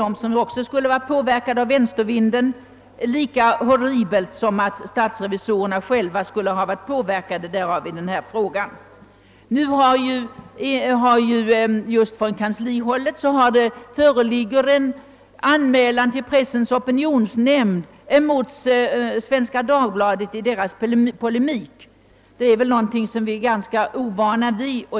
Detta påstås också vara påverkat av vänstervinden, vilket är lika horribelt som att statsrevisorerna själva skulle ha varit det i den här frågan. Just från kanslihåll föreligger nu en anmälan till pressens opinionsnämnd med anledning av Svenska Dagbladets polemik — det är väl någonting som vi är ganska ovana vid.